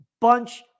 bunch